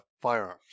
firearms